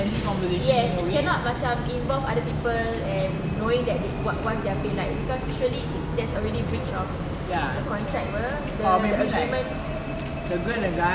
yes cannot macam involve other people and knowing that they what what's their pay like because surely there is already breach of contract [pe] and the agreement